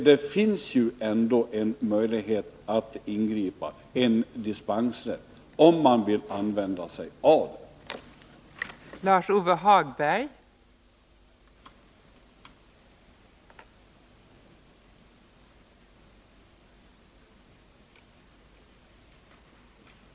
Det finns dock en möjlighet att ingripa genom dispens, om man vill använda sig av den.